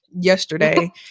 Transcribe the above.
yesterday